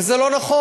וזה לא נכון.